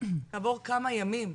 כעבור כמה ימים,